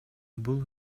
бул